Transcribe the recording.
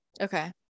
Okay